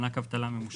מענק אבטלה ממושכת,